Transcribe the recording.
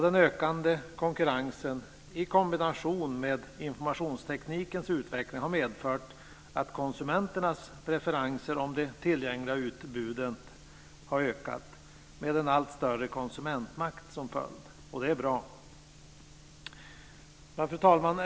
Den ökande konkurrensen, i kombination med informationsteknikens utveckling, har medfört att konsumenternas preferenser i det tillgängliga utbudet har ökat med en allt större konsumentmakt som följd. Det är bra. Fru talman!